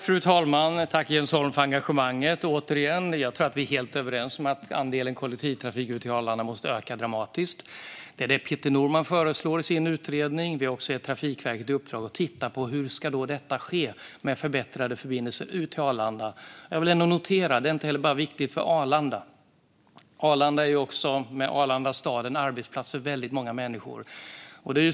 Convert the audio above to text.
Fru talman! Tack, Jens Holm, för engagemanget! Återigen - jag tror att vi är helt överens om att andelen kollektivtrafik ut till Arlanda måste öka dramatiskt. Det är det som Peter Norman föreslår i sin utredning. Vi har också gett Trafikverket i uppdrag att titta på hur det ska ske, hur förbindelserna ut till Arlanda ska förbättras. Jag vill ändå poängtera att det är viktigt inte bara för Arlanda. Arlanda är med Arlanda stad också en arbetsplats för väldigt många människor.